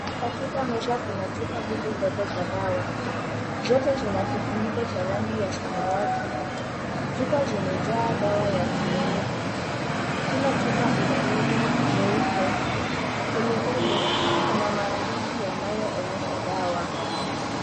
Katika meza kuna chupa mbili ndogo za dawa. Zote zina kifuniko cha rangi ya samawati. Chupa zimejaa dawa ya kiowevu. Kila chupa ina lebo nyeupe. Kwenye lebo kuna maandishi yanayoonyesha dawa.